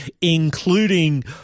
including